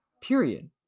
Period